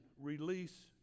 release